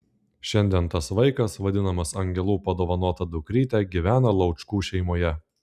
šiandien tas vaikas vadinamas angelų padovanota dukryte gyvena laučkų šeimoje